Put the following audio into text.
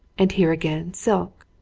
and here again silk.